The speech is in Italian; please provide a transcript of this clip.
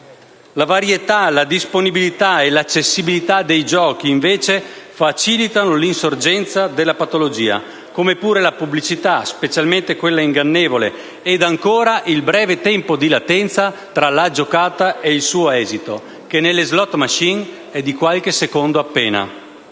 La varietà, la disponibilità e l'accessibilità dei giochi, invece, facilitano l'insorgenza della patologia, come pure la pubblicità, specialmente quella ingannevole, e, ancora, il breve tempo di latenza tra la giocata e il suo esito, che nelle *slot machine* è di qualche secondo appena.